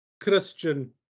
Christian